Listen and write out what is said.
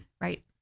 Right